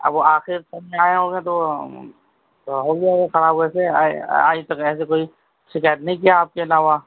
اب وہ آخری ٹائم میں آیا ہوگا تو تو ہو گیا ہوگا خراب ویسے آج تک ایسی کوئی شکایت نہیں کیا آپ کے علاوہ